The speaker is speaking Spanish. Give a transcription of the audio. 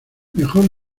mejor